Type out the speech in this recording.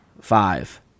Five